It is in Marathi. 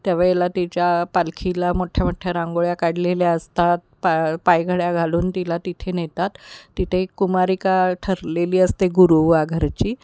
त्यावेळेला तिच्या पालखीला मोठ्ठ्या मोठ्ठ्या रांगोळ्या काढलेल्या असतात पाय पायघड्या घालून तिला तिथे नेतात तिथे एक कुमारिका ठरलेली असते गुरवाघरची